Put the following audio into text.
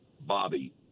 Bobby